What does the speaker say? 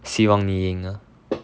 希望你赢 lah